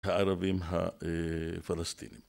הערבים הפלסטיניים